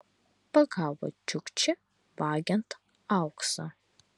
pagavo čiukčį vagiant auksą